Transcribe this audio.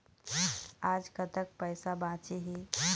आज कतक पैसा बांचे हे?